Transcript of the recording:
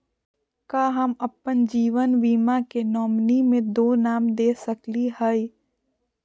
का हम अप्पन जीवन बीमा के नॉमिनी में दो नाम दे सकली हई?